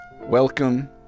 welcome